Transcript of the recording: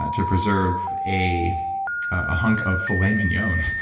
to preserve a ah hunk of filet mignon yeah ah and